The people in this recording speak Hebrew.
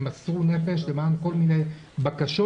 הם מסרו נפש למען כל מיני בקשות.